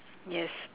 yes